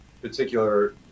Particular